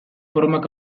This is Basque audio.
formak